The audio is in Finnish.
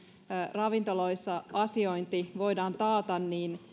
ravintoloissa asiointi voidaan taata